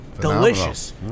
delicious